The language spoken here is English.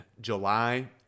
July